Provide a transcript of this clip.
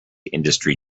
industry